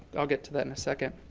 i'll get to that in a second.